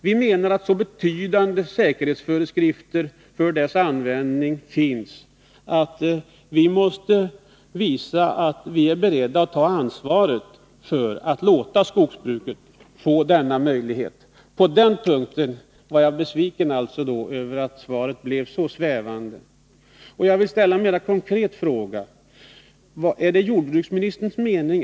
Vi menar att så betydande säkerhétsföreskrifter för dess användning finns att vi måste visa att vi är beredda att ta ansvaret för att låta skogsbruket få denna möjlighet. På den punkten var jag alltså besviken över att jordbruksministerns svar var så svävande.